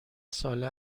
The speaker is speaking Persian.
ساله